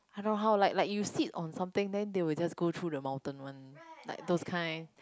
I know how like like you sit on something then they will just go through the mountain one like those kind